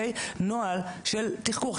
נוהל של תחקור.